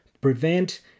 prevent